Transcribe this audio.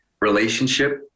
relationship